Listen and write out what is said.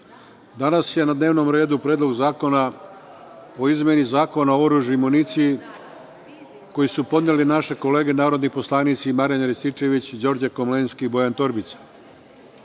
danas je na dnevnom redu Predlog zakona o izmeni Zakona o oružju i municiji, koji su podneli naše kolege narodni poslanici Marijan Rističević, Đorđe Komlenski i Bojan Torbica. Osnovni